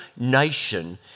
nation